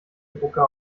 drucker